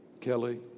Kelly